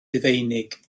rufeinig